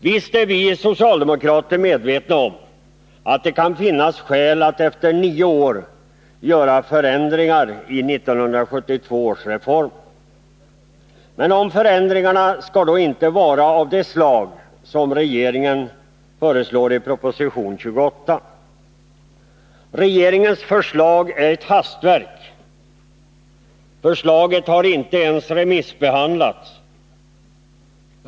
Visst är vi socialdemokrater medvetna om att det kan finnas skäl att efter nio år göra förändringar i 1972 års reform. Men de förändringarna skall inte vara av det slag som regeringen föreslår i proposition 28. Regeringens förslag är ett hastverk. Förslaget har inte ens remissbehandlats.